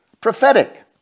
prophetic